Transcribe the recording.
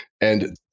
And-